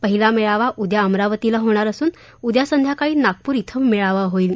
पहिला मेळावा उद्या अमरावतीला होणार असून उद्या संध्याकाळी नागपूर इथं मेळाचा होईल